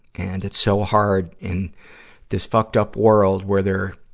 and it's so hard in this fucked up world where there,